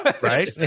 Right